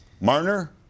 Marner